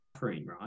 right